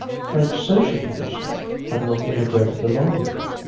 french social conditions had not immigrated along with them.